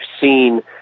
seen